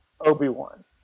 Obi-Wan